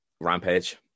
Rampage